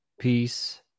peace